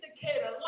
indicator